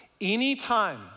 Anytime